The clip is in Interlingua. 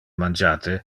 mangiate